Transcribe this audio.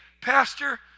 Pastor